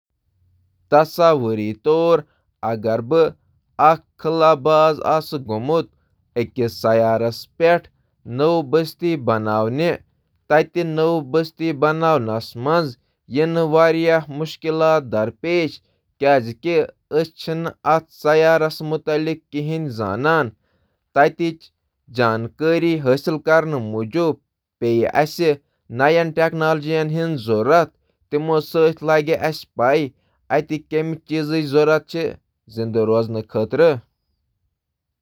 تصور کٔرِو، بہٕ چُھس اکھ خلا باز یُس اکس نٔوس سیارس نوآبادیاتی بناونہٕ کس مشنس پیٹھ چُھ۔ مےٚ پیٚیہِ واریاہ مُشکِلاتن ہُنٛد سامنہٕ تِکیٛازِ مےٚ چھےٚ نہٕ نٔوِس سیارس مُتعلِق زانٛکٲری آسان۔ اسہِ چُھ معلوٗمات مُختٔلِف طٔریٖقو زانُن۔ تمن کیا ضرورت چِھ۔